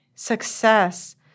Success